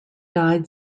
died